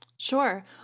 Sure